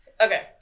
Okay